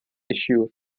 issue